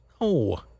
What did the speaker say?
No